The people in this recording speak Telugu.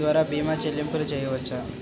ఆన్లైన్ ద్వార భీమా చెల్లింపులు చేయవచ్చా?